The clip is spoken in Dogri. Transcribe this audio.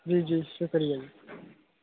जी जी शुक्रिया जी